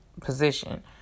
position